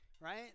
right